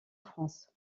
france